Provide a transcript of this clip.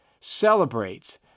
celebrates